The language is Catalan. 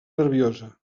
nerviosa